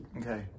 okay